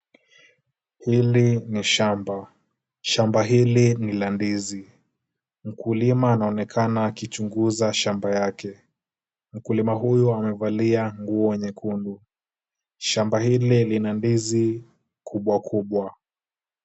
Hili ni shamba. Shamba hili ni la ndizi. Mkulima anaonekana akichunguza shamba yake. Mkulima huyu amevalia nguo nyekundu. Shamba hili lina ndizi kubwa kubwa.